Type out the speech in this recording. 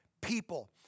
people